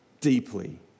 deeply